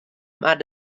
mar